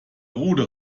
rute